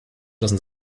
lassen